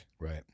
Right